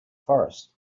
forest